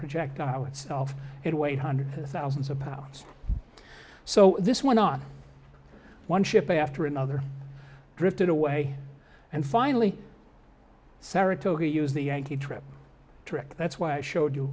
projectile itself it weighed hundreds of thousands of pounds so this went on one ship after another drifted away and finally saratoga use the yankee trip trick that's why i showed you